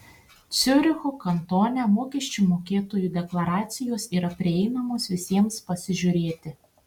ciuricho kantone mokesčių mokėtojų deklaracijos yra prieinamos visiems pasižiūrėti